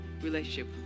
relationship